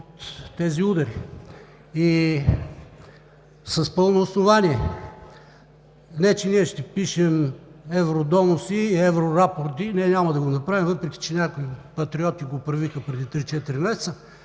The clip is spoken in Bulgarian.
под тези удари, и с пълно основание. Не че ние ще пишем евродоноси и еврорапорти – няма да го направим, въпреки че някои Патриоти го правиха преди три-четири